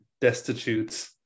destitute